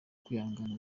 kwihangana